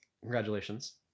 Congratulations